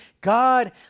God